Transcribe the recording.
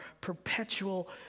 perpetual